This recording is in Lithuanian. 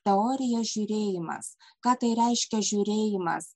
teorija žiūrėjimas ką tai reiškia žiūrėjimas